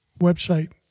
website